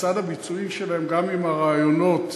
בצד הביצועי שלהם, גם אם הרעיונות